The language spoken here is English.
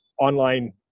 online